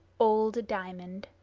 old diamond